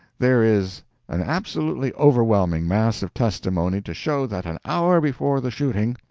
there is an absolutely overwhelming mass of testimony to show that an hour before the shooting,